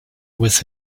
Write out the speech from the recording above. with